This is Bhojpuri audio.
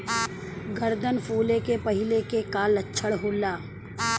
गर्दन फुले के पहिले के का लक्षण होला?